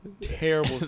terrible